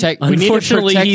Unfortunately